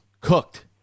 Cooked